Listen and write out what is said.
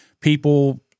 people